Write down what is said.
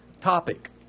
topic